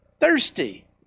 thirsty